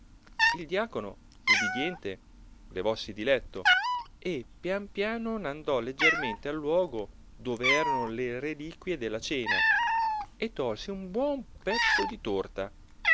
il diacono ubidiente levossi di letto e pian piano n'andò leggermente al luogo dove erano le reliquie della cena e tolse un buon pezzo di torta